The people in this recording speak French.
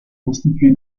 constitué